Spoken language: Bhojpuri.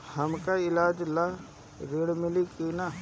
हमका ईलाज ला ऋण मिली का?